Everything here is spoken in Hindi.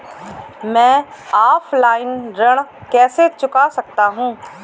मैं ऑफलाइन ऋण कैसे चुका सकता हूँ?